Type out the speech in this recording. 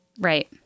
Right